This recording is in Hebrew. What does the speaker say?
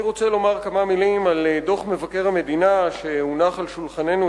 אני רוצה לומר כמה מלים על דוח מבקר המדינה שהונח על שולחננו